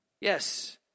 Yes